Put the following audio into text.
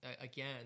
Again